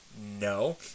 no